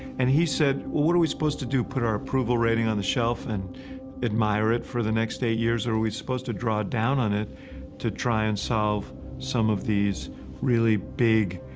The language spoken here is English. and he said, well, what are we supposed to do, put our approval rating on the shelf and admire it for the next eight years? or are we supposed to draw down on it to try and solve some of these really big,